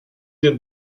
den